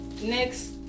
next